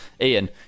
Ian